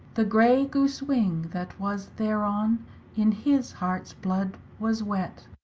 the grey goose-wing that was thereon in his harts bloode was wett.